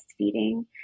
breastfeeding